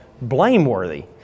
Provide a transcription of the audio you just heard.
blameworthy